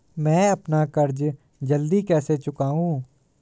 मैं अपना कर्ज जल्दी कैसे चुकाऊं?